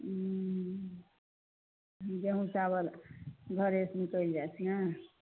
उँ हूँ गेहुँम चाबल घरे से निकलि जाइ छै ने